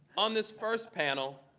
on this first panel,